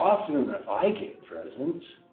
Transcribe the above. often and i get presents.